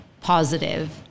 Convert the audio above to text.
positive